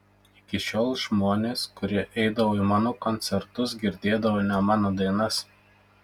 iki šiol žmonės kurie eidavo į mano koncertus girdėdavo ne mano dainas